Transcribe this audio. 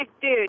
dude